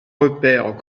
repères